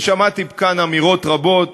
ושמעתי כאן אמירות רבות